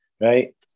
right